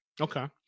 Okay